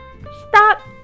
Stop